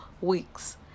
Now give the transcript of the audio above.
weeks